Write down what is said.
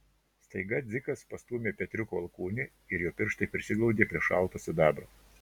staiga dzikas pastūmė petriuko alkūnę ir jo pirštai prisiglaudė prie šalto sidabro